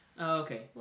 okay